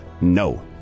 no